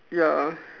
ya